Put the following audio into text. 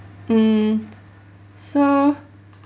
mm so